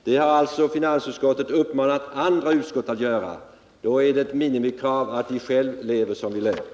Det har finansutskottet uppmanat andra utskott att göra. Det är ett minimikrav att vi själva lever som vi lär.